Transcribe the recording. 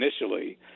initially